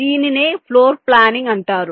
దీనినే floor planning అంటారు